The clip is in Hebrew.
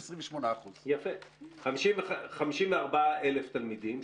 28%. 54,000 תלמידים,